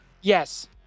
Yes